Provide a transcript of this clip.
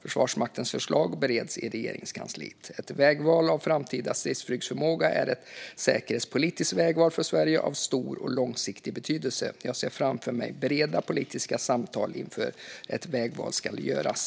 Försvarsmaktens förslag bereds i Regeringskansliet. Ett vägval av framtida stridsflygförmåga är ett säkerhetspolitiskt vägval för Sverige av stor och långsiktig betydelse. Jag ser framför mig breda politiska samtal inför att ett vägval ska göras.